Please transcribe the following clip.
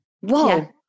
Whoa